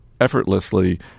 effortlessly